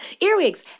Earwigs